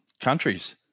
countries